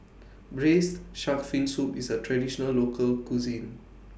Braised Shark Fin Soup IS A Traditional Local Cuisine